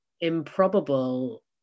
improbable